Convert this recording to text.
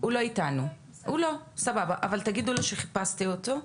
איתנו אבל תגידו לו שחיפשתי אותו.